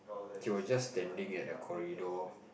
she was just standing at the corridor